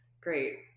great